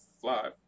Fly